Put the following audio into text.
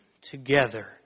together